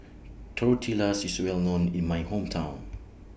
Tortillas IS Well known in My Hometown